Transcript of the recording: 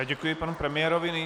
Děkuji panu premiérovi.